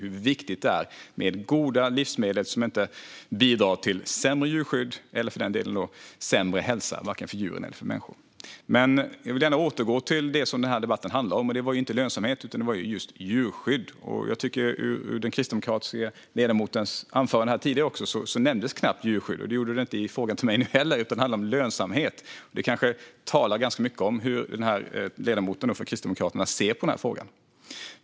Det är viktigt med goda livsmedel som inte bidrar till sämre djurskydd eller för den delen sämre hälsa, för vare sig djur eller människor. Jag vill gärna återgå till det som den här debatten handlar om. Det är inte lönsamhet utan just djurskydd. Den kristdemokratiske ledamoten nämnde knappt djurskydd i sitt anförande och inte heller i frågan till mig nu. I stället handlar det om lönsamhet. Det är kanske ganska talande för hur Kristdemokraterna ser på frågan.